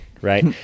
right